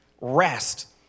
rest